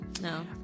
No